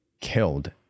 killed